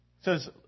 says